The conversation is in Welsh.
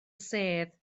sedd